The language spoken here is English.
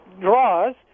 draws